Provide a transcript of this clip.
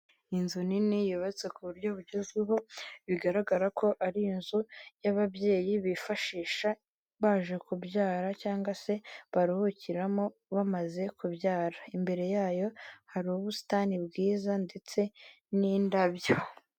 Inzu nini yubatse ku buryo bugezweho bigaragara ko ari inzu y'ababyeyi bifashisha baje kubyara cyangwa se baruhukiramo bamaze kubyara imbere yayo hari ubusitani bwiza ndetse n'indabyo.